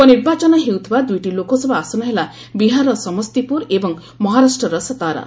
ଉପନିର୍ବାଚନ ହେଉଥିବା ଦୁଇଟି ଲୋକସଭା ଆସନ ହେଲା ବିହାରର ସମସ୍ତିପୁର ଏବଂ ମହାରାଷ୍ଟ୍ରର ସତାରା